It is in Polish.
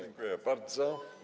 Dziękuję bardzo.